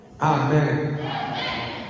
Amen